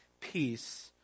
peace